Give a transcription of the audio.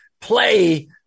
play